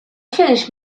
finished